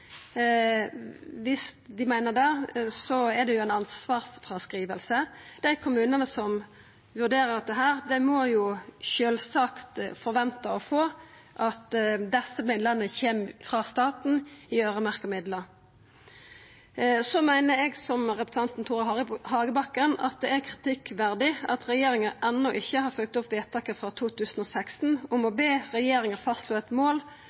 dei meiner det, er det ei ansvarsfråskriving. Dei kommunane som vurderer dette, må sjølvsagt forventa at desse midlane kjem frå staten som øyremerkte midlar. Så meiner eg, som representanten Tore Hagebakken, at det er kritikkverdig at regjeringa enno ikkje har følgt opp vedtaket frå 2016 om å be regjeringa fastslå eit mål